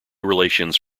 relations